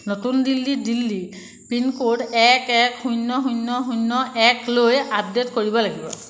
নতুন দিল্লী দিল্লী পিনক'ড এক এক শূন্য শূন্য শূন্য এক লৈ আপডে'ট কৰিব লাগিব